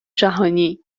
جهانی